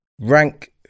rank